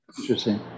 Interesting